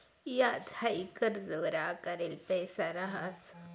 याज हाई कर्जवर आकारेल पैसा रहास